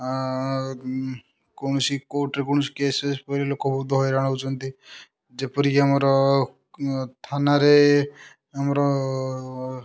କୌଣସି କୋର୍ଟରେ କୌଣସି କେସ୍ ପଡ଼ିଲେ ଲୋକ ବହୁତ୍ ହଇରାଣ ହେଉଛନ୍ତି ଯେପରିକି ଆମର ଥାନାରେ ଆମର